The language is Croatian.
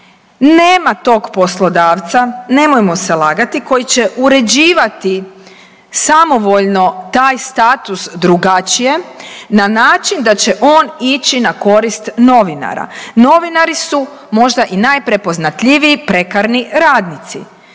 Nema tog poslodavca, nemojmo se lagati, koji će uređivati samovoljno taj status drugačije na način da će on ići na korist novinara novinari su možda i najprepoznatljiviji prekarni radnici,